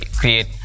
create